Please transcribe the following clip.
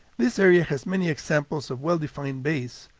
this area has many examples of well-defined bays,